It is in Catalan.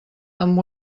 amb